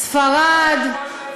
ספרד,